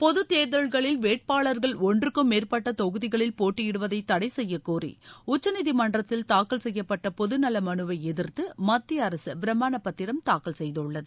பொது தேர்தல்களில் வேட்பாளர்கள் ஒன்றுக்கும் மேற்பட்ட தொகுதிகளில் போட்டியிடுவதை தடை செய்யக் கோரி உச்சநீதிமன்றத்தில் தாக்கல் செய்யப்பட்ட பொது நல மனுவை எதிர்த்து மத்திய அரசு பிரமானப் பத்திரம் தாக்கல் செய்துள்ளது